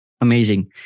Amazing